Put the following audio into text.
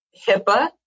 HIPAA